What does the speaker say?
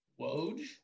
Woj